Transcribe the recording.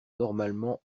normalement